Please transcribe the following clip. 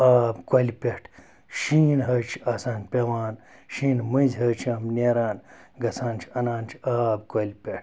آب کۄلہِ پٮ۪ٹھ شیٖن حظ چھِ آسان پیٚوان شیٖنہٕ مٔنٛزۍ حظ چھِ نٮ۪ران گژھان چھِ اَنان چھِ آب کۄلہِ پٮ۪ٹھ